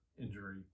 injury